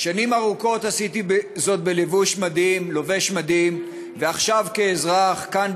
שנים ארוכות עשיתי זאת כלובש מדים ועכשיו כאזרח כאן,